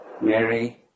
Mary